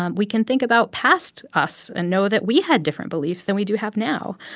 um we can think about past us and know that we had different beliefs than we do have now.